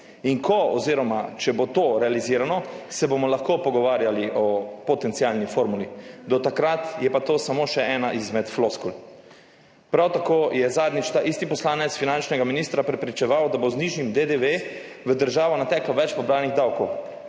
In če bo to realizirano, se bomo lahko pogovarjali o potencialni formuli, do takrat je pa to samo še ena izmed floskul. Prav tako je zadnjič ta isti poslanec finančnega ministra prepričeval, da bo z nižjim DDV v državo nateklo več pobranih davkov.